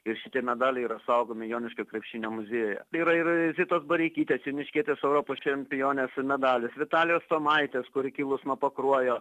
ir šitie medaliai yra saugomi joniškio krepšinio muziejuje tai yra ir zitos bareikytės joniškietės europos čempionės medalis vitalijos tuomaitės kuri kilus nuo pakruojo